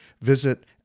Visit